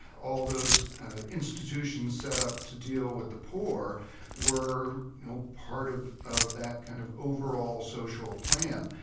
all those institutions set up to deal with the poor were you know part of of that kind of overall social plan.